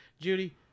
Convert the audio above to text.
Judy